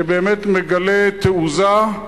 שבאמת מגלה תעוזה,